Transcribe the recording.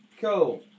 Cool